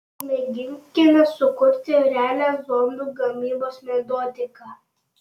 pamėginkime sukurti realią zombių gamybos metodiką